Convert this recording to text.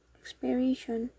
expiration